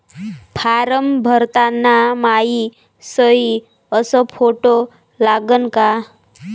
Form भरताना मायी सयी अस फोटो लागन का?